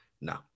No